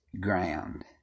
ground